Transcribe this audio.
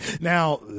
Now